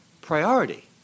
priority